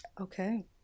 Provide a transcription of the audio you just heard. Okay